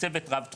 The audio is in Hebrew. צוות רב תחומי.